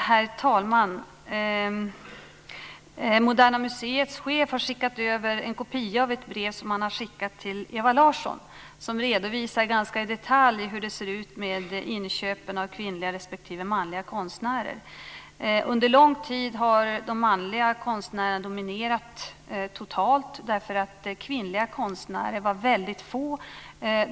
Herr talman! Moderna museets chef har skickat över en kopia av ett brev till Ewa Larsson där han redovisar ganska i detalj hur det ser ut med inköpen av konst av kvinnliga respektive manliga konstnärer. Under lång tid har de manliga konstnärerna dominerat totalt, därför att kvinnliga konstnärer varit få.